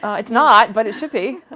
it's not, but it should be!